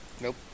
Nope